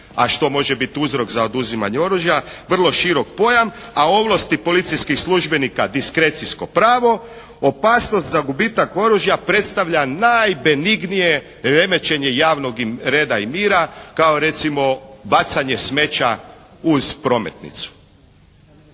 a što može biti uzrok za oduzimanje oružja vrlo širok pojam a ovlasti policijskog službenika diskrecijsko pravo opasnost za gubitak oružja predstavlja najbenignije remećenje javnog reda i mira kao recimo bacanje smeća uz prometnicu.